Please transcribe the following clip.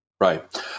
right